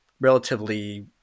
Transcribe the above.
relatively